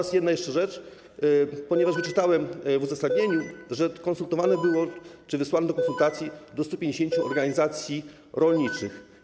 I jedna jeszcze rzecz, ponieważ wyczytałem w uzasadnieniu, że konsultowane było czy wysłane do konsultacji do 150 organizacji rolniczych: